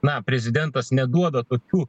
na prezidentas neduoda tokių